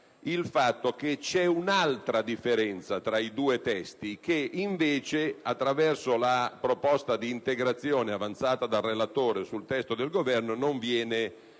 valutare che c'è un'altra differenza tra i due testi che, attraverso la proposta di integrazione avanzata dal relatore sul testo del Governo, non viene risolta;